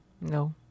No